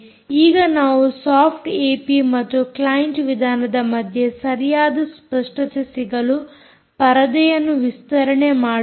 ಈಗ ನಾವು soft AP ಮತ್ತು ಕ್ಲೈಂಟ್ ವಿಧಾನದ ಮಧ್ಯೆ ಸರಿಯಾದ ಸ್ಪಷ್ಟತೆ ಸಿಗಲು ಪರದೆಯನ್ನು ವಿಸ್ತರಣೆ ಮಾಡೋಣ